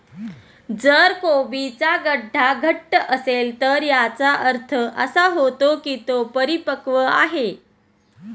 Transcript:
जर कोबीचा गड्डा घट्ट असेल तर याचा अर्थ असा होतो की तो परिपक्व आहे